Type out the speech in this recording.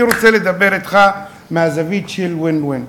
אני רוצה לדבר אתך מהזווית של win-win: